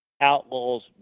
outlaws